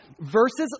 verses